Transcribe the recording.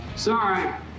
Sorry